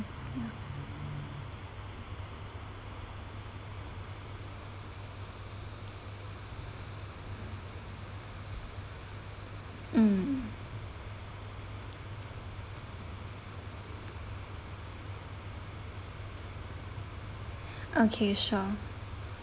mm okay sure